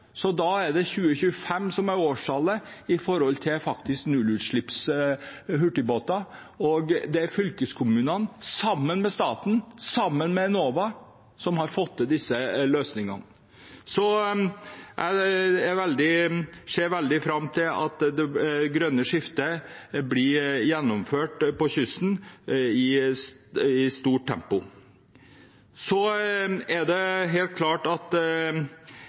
Da er 2025 årstallet for nullutslippshurtigbåter, og det er fylkeskommunene, sammen med staten og Enova, som har fått til disse løsningene. Jeg ser veldig fram til at det grønne skiftet blir gjennomført på kysten i et stort tempo. Ikke alle har råd til å benytte seg av rabatter. Det er et problem at